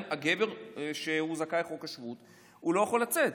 גבר שהוא זכאי חוק השבות לא יכול לצאת,